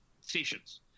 sessions